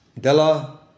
Della